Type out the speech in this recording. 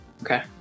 Okay